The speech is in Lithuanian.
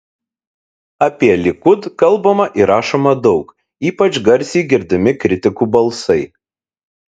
apie likud kalbama ir rašoma daug ypač garsiai girdimi kritikų balsai